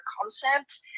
concept